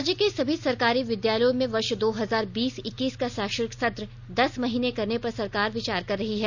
राज्य के सभी सरकारी विद्यालयों में वर्ष दो हजार बीस इक्कीस का शैक्षणिक सत्र दस महीने का करने पर सरकार विचार कर रही है